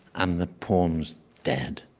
and the poem's dead.